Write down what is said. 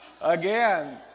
again